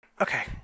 Okay